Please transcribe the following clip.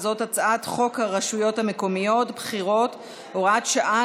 וזאת הצעת חוק הרשויות המקומיות (בחירות) (הוראת שעה,